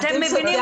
אתם מבינים?